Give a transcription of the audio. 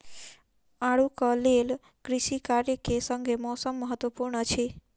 आड़ूक लेल कृषि कार्य के संग मौसम महत्वपूर्ण अछि